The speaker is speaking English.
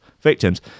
victims